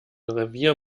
revier